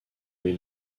les